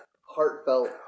heartfelt